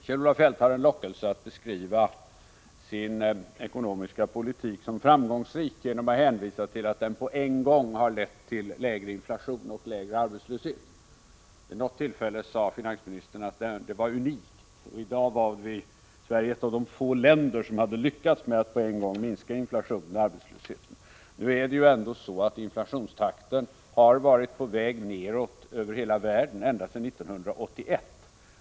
Kjell-Olof Feldt har en lockelse att beskriva sin ekonomiska politik som framgångsrik genom att hänvisa till att den på en gång lett till lägre inflation och lägre arbetslöshet. Vid något tillfälle sade finansministern att det var unikt, och i dag var Sverige ett av de få länder som lyckats med att på en gång minska inflationen och arbetslösheten. Men det är ändå så att inflationstakten har varit på väg neråt över hela världen ända sedan 1981.